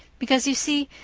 because, you see,